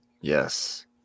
Yes